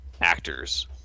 actors